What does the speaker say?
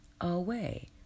away